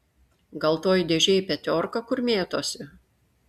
gal toj dėžėj petiorka kur mėtosi